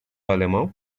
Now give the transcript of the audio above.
alemão